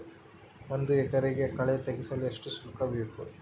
ಒಂದು ಎಕರೆ ಕಳೆ ತೆಗೆಸಲು ಎಷ್ಟು ಶುಲ್ಕ ಬೇಕು?